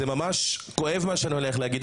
זה ממש כואב מה שאני הולך להגיד.